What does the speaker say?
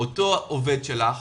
אותו עובד שלך